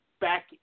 back